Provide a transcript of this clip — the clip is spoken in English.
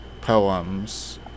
poems